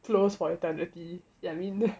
close for eternity you get what I mean